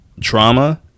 trauma